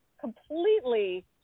completely